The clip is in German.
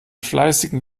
fleißigen